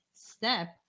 step